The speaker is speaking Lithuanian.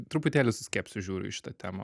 truputėlį su skepsiu žiūriu į šitą temą